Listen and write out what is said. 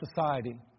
society